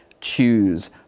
choose